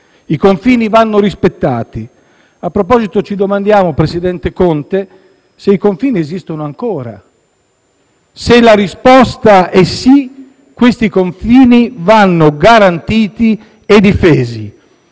I confini vanno rispettati. A proposito, ci domandiamo, presidente Conte, se i confini esistano ancora. Se la risposta e sì, questi confini vanno garantiti e difesi.